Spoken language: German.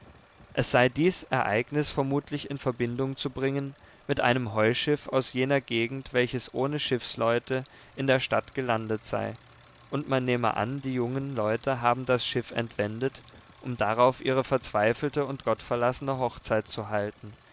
es sei dies ereignis vermutlich in verbindung zu bringen mit einem heuschiff aus jener gegend welches ohne schiffsleute in der stadt gelandet sei und man nehme an die jungen leute haben das schiff entwendet um darauf ihre verzweifelte und gottverlassene hochzeit zu halten